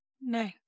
No